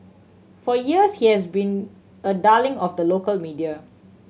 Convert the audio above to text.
for years he has been a darling of the local media